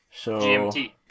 GMT